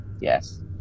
yes